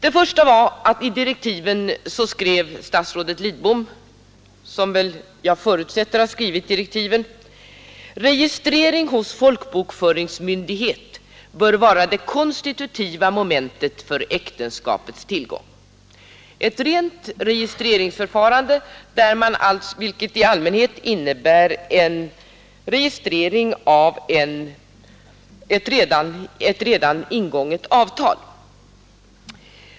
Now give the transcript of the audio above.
I direktiven skrev för det första statsrådet Lidbom, som jag förutsätter har skrivit direktiven: Registrering hos folkbokföringsmyndighet bör vara det konstitutiva momentet för äktenskapets tillkomst. — Det skulle alltså vara ett rent registreringsförfarande, vilket i allmänhet innebär en registrering av ett redan ingånget avtal.